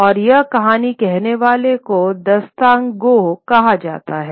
और यह कहानी कहने वाले को दास्तानगोह कहा जाता है